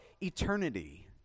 eternity